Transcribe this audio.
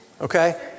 Okay